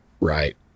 right